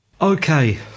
Okay